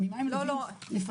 ממה הם נובעים?